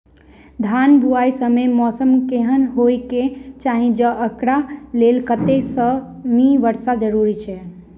धान बुआई समय मौसम केहन होइ केँ चाहि आ एकरा लेल कतेक सँ मी वर्षा जरूरी छै?